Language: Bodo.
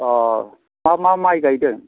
अ मा मा माइ गायदों